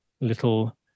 little